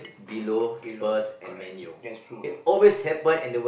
below correct that's true lah